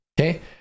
Okay